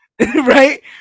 right